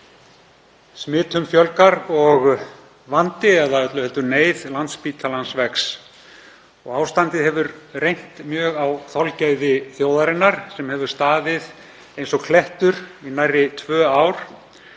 Smitum fjölgar og vandi, eða öllu heldur neyð, Landspítalans vex. Ástandið hefur reynt mjög á þolgæði þjóðarinnar sem hefur staðið eins og klettur í nærri tvö ár